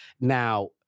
Now